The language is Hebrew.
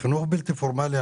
חינוך בלתי פורמלי,